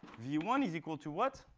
v one is equal to what?